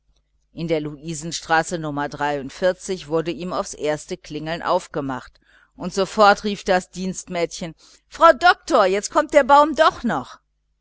in der luisenstraße nr wurde ihm aufs erste klingeln aufgemacht und sofort rief das dienstmädchen frau doktor jetzt kommt der baum doch noch